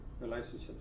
relationship